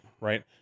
Right